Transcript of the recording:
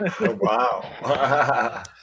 Wow